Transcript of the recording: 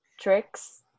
tricks